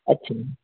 ਅੱਛਾ ਜੀ